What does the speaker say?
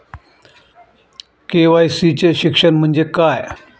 KYC चे शिक्षण म्हणजे काय?